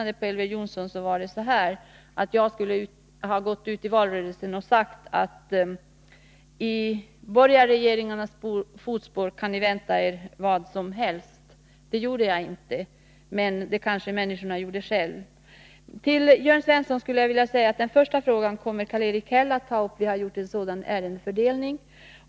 Elver Jonsson sade att jag skulle ha gått ut i valrörelsen och sagt att i Nr 143 borgarregeringarnas fotspår kan ni vänta er vad som helst. Det gjorde jag inte, men det kanske människorna gjorde själva. Till Jörn Svensson vill jag säga att Karl-Erik Häll kommer att ta upp den första frågan som Jörn Svensson ställde. Vi har gjort en sådan ärendefördelning.